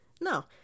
No